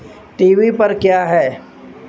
T V پر کیا ہے